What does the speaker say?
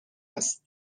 است